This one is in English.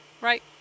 right